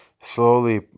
Slowly